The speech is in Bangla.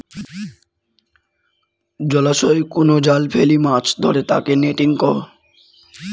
জলাশয়ই কুনো জাল ফেলি মাছ ধরে তাকে নেটিং কহু